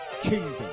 kingdom